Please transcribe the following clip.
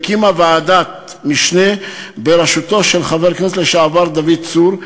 והקימה ועדת משנה בראשותו של חבר הכנסת לשעבר דוד צור,